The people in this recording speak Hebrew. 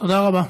תודה רבה.